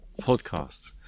podcasts